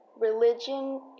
Religion